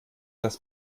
das